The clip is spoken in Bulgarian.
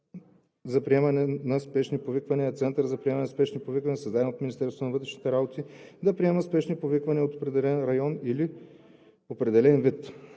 за приемане на спешни повиквания“ е център за приемане на спешни повиквания, създаден от Министерството на вътрешните работи да приема спешните повиквания от определен район или от определен вид.“